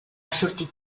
sortit